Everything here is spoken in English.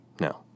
No